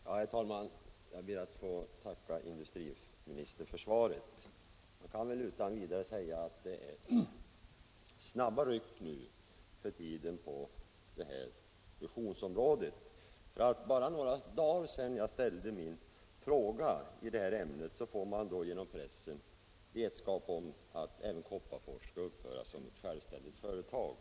Herr talman! Jag ber att få tacka industriministern för svaret. Jag kan väl utan vidare säga att det är snabba ryck nu för tiden på fusionsområdet. Det är bara några dagar sedan jag ställde min fråga, och så får man då plötsligt genom pressen vetskap om att även Kopparfors 145 AB skall upphöra som ett självständigt företag.